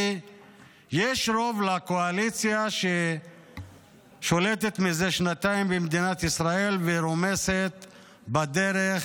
כי יש רוב לקואליציה ששולטת מזה שנתיים במדינת ישראל ורומסת בדרך